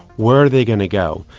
where are they going to go?